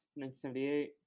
1978